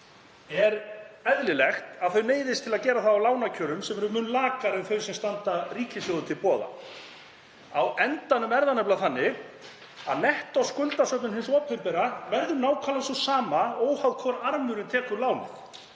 Er eðlilegt að þau neyðist til að gera það á lánakjörum sem eru mun lakari en þau sem standa ríkissjóði til boða? Á endanum er það nefnilega þannig að nettóskuldasöfnun hins opinbera verður nákvæmlega sú sama óháð því hvor armurinn tekur lánið.